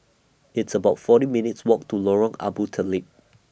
It's about forty minutes' Walk to Lorong Abu Talib